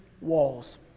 walls